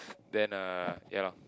then uh ya lor